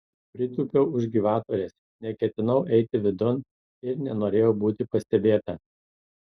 pritūpiau už gyvatvorės neketinau eiti vidun ir nenorėjau būti pastebėta